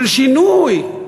של שינוי.